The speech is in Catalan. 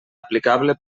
aplicable